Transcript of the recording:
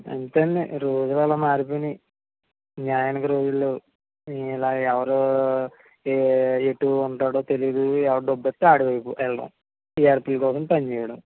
అంతేండి రోజులలా మారిపోయినయి న్యాయానికి రోజులు లేవు ఇలా ఎవరూ ఏ ఎటు ఉంటాడో తెలీదు ఎవడు డబ్బు ఇస్తే వాడి వైపు వెళ్ళడం టీఆర్పీల కోసం పనిచేయడం